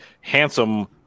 handsome